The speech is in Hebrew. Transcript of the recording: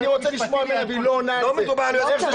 אני רוצה לשמוע ממנה אבל היא לא עונה לי.